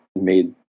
made